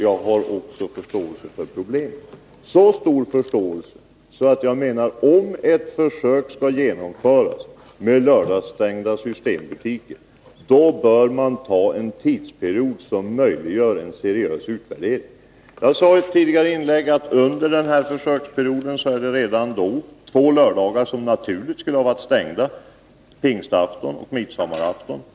Jag har också förståelse för problemet, så stor förståelse att jag menar, att om ett försök skall genomföras med lördagsstängda systembutiker, bör man anslå en tidsperiod som möjliggör en seriös utvärdering. Jag sade i ett tidigare inlägg att under den föreslagna försöksperioden infaller två lördagar då butikerna under alla förhållanden skulle vara stängda, pingstafton och midsommarafton.